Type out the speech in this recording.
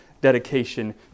dedication